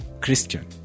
Christian